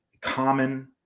common